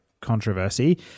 controversy